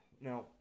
Now